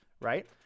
right